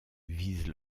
vise